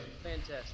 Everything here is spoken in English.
Fantastic